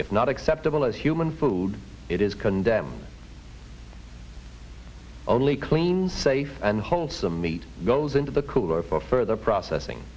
if not acceptable as human food it is condemned only clean safe and wholesome meat goes into the cooler for further processing